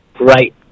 right